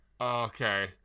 Okay